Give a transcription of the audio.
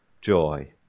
joy